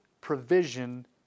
provision